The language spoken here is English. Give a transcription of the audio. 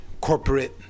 corporate